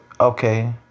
Okay